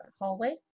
hallway